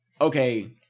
okay